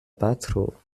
patro